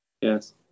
Yes